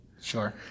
Sure